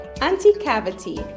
anti-cavity